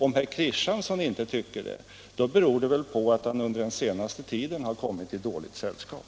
Om herr Kristiansson inte tycker det, så beror det väl på att han under den senaste tiden har kommit i dåligt sällskap.